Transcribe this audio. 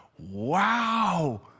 Wow